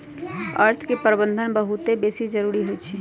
अर्थ के प्रबंधन बहुते बेशी जरूरी होइ छइ